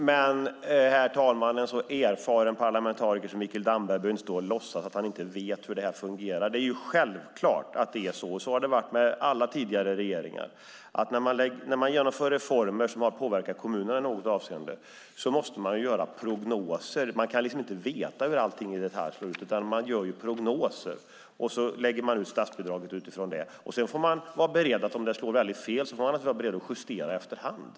Herr talman! En så erfaren parlamentariker som Mikael Damberg behöver inte stå och låtsas att han inte vet hur det här fungerar. Det är självklart att det är så, och så har det varit med alla tidigare regeringar, att när man genomför reformer som har påverkan på kommunerna i något avseende måste man göra prognoser. Man kan inte veta i detalj hur allting slår ut, utan man gör prognoser och fastställer statsbidraget utifrån dem. Om det slår väldigt fel får man naturligtvis vara beredd att justera efter hand.